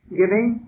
giving